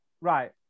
right